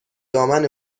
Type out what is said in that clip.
دامن